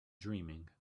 dreaming